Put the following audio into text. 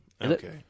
Okay